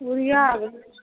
बिआ